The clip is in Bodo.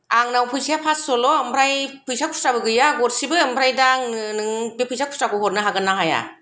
आंनाव फैसाया फास्स'ल' ओमफ्राय फैसा खुस्राबो गैया गरसेबो ओमफ्राय दा आंनो नों बे फैसा खुस्राखौ हरनो हागोन ना हाया